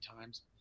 times